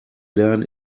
lernen